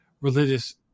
religious